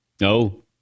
No